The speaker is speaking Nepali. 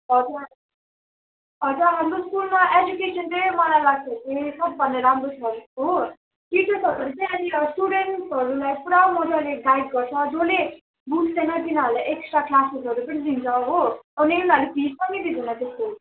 हजुर हजुर हाम्रो स्कुलमा एजुकेसन चाहिँ मलाई लाग्छ कि सबभन्दा राम्रो छ जस्तो हो टिचर्सहरू चाहिँ यहाँनिर स्टुडेन्टहरूलाई पुरा मज्जाले गाइड गर्छ जसले बुझ्दैन तिनीहरूलाई एक्सट्रा क्लासेसहरू पनि दिन्छ हो अनि उनीहरूले फिस पनि लिँदैन त्यसको